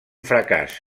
fracàs